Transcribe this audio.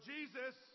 Jesus